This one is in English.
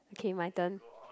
okay my turn